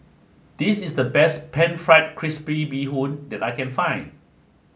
this is the best Pan Fried Crispy Bee Bee Hoon that I can find